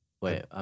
Wait